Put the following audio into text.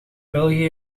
belgië